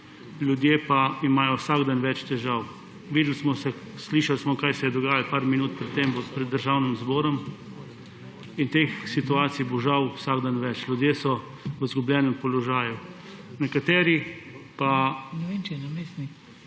ljudje pa imajo vsak dan več težav. Slišali smo, kaj se je dogajalo nekaj minut pred tem pred Državnim zborom. In teh situacij bo žal vsak dan več. Ljudje so v izgubljenem položaju. Nekateri pa